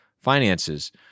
finances